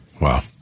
Wow